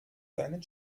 seinen